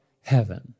heaven